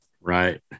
Right